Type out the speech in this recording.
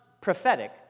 prophetic